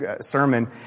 sermon